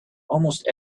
almost